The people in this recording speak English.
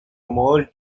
more